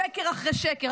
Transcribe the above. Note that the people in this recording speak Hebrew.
שקר אחרי שקר,